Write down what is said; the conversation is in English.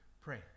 pray